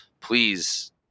please